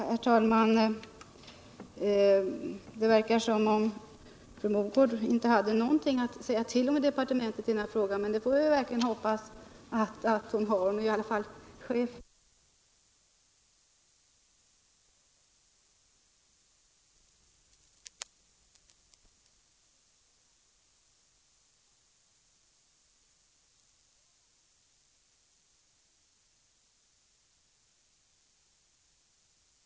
Herr talman! Det verkar som om fru Mogård inte hade någonting att säga till om i departementet i den här frågan, men det får vi verkligen hoppas att hon har, för hon är ju biträdande chef för utbildningsdepartementet. Jag tror inte denna fråga bara gäller Huddinge kommun — den får nog konsekvenser för andra kommuner också. Jag hoppas eleverna får ledigheten.